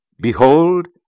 Behold